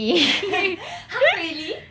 !huh! really